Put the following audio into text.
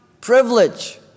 privilege